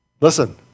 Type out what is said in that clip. listen